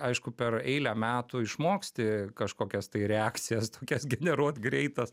aišku per eilę metų išmoksti kažkokias tai reakcijas tokias generuot greitas